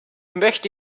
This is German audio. möchte